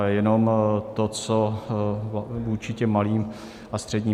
Jenom to, co vůči těm malým a středním.